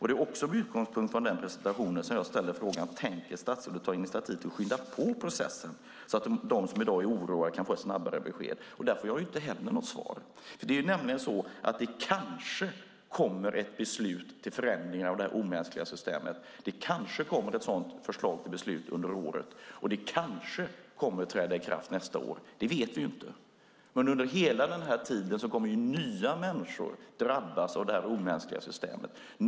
Det är också med utgångspunkt från denna presentation som jag ställer frågan: Tänker statsrådet ta initiativ till att skynda på processen så att de som i dag är oroade kan få ett snabbare besked? Det får jag inte heller något svar på. Det är nämligen så att det kanske kommer ett beslut om förändringar i detta omänskliga system. Det kanske kommer ett sådant förslag till beslut under året, och det kanske kommer att träda i kraft nästa år. Det vet vi inte. Men under hela denna tid kommer nya människor att drabbas av detta omänskliga system.